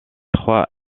trois